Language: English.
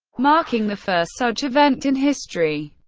marking the first such event in history.